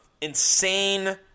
insane